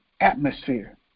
atmosphere